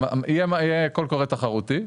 יהיה קול קורא תחרותי.